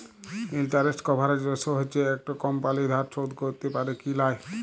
interest coverage ratio হচ্যে একট কমপালি ধার শোধ ক্যরতে প্যারে কি লায়